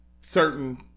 certain